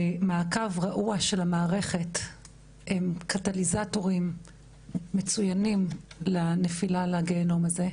ומעקב רעוע של המערכת הם קטליזטורים מצוינים לנפילה לגיהינום הזה.